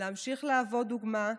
להמשיך להוות דוגמה,